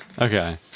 Okay